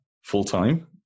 full-time